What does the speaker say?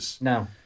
No